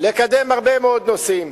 לקדם הרבה מאוד נושאים.